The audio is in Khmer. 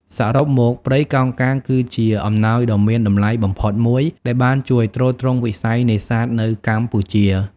សរុបមក ព្រៃកោងកាងគឺជាអំណោយដ៏មានតម្លៃបំផុតមួយដែលបានជួយទ្រទ្រង់វិស័យនេសាទនៅកម្ពុជា។